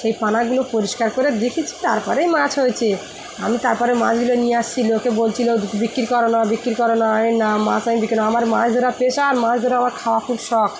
সেই পানাগুলো পরিষ্কার করে দেখেছি তারপরেই মাছ হয়েছে আমি তারপরে মাছগুলো নিয়ে আসছি ওকে বলছিলো বিক্রি করো না বিক্রি করো না এই না মাছ আমার মাছ আমি বিক্রি করব না আমার মাছ ধরা পেশার মাছ ধরা আমার খাওয়া খুব শখ